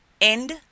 End